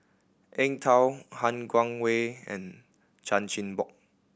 Eng Tow Han Guangwei and Chan Chin Bock